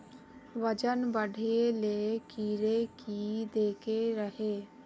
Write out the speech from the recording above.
वजन बढे ले कीड़े की देके रहे?